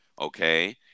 okay